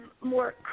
more